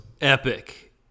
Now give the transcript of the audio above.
epic